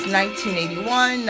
1981